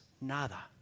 nada